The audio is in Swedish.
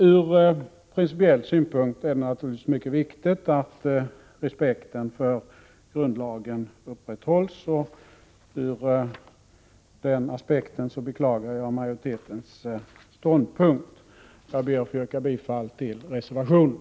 Ur principiell synpunkt är det naturligtvis mycket viktigt att respekten för grundlagen upprätthålls, och ur den aspekten beklagar jag majoritetens ståndpunkt. Jag ber att få yrka bifall till reservationen.